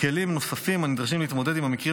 כלים נוספים הנדרשים להתמודד עם המקרים